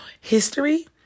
history